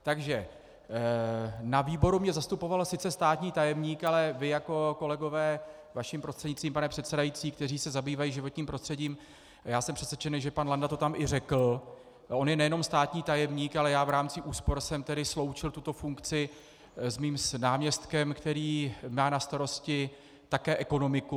Takže na výboru mě zastupoval sice státní tajemník, ale vy jako kolegové vaším prostřednictvím, pane předsedající kteří se zabývají životním prostředím, já jsem přesvědčený, že pan Landa to tam i řekl, on je nejenom státní tajemník, ale já v rámci úspor jsem tedy sloučil tuto funkci s mým náměstkem, který má na starosti také ekonomiku.